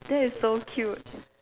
that is so cute